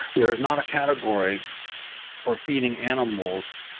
there is not a category for feeding animals,